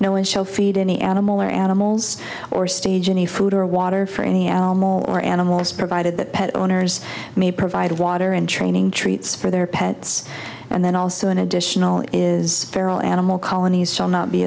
win show feed any animal or animals or stage any food or water for any animal or animals provided that pet owners may provide water and training treats for their pets and then also an additional is feral animal colonies shall not be